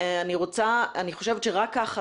אני חושבת שרק כך,